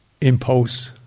impulse